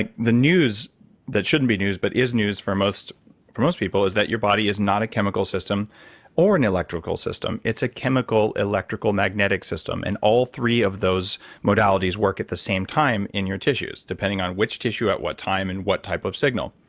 like the news that shouldn't be news, but is news for most for most people is that your body is not a chemical system or an electrical system. it's a chemical, electrical, magnetic system. and all three of those modalities work at the same time in your tissues, depending on which tissue at what time and what type of signal.